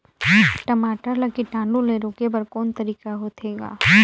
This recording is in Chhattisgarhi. टमाटर ला कीटाणु ले रोके बर को तरीका होथे ग?